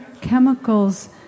chemicals